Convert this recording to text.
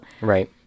Right